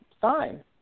fine